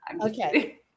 Okay